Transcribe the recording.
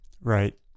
Right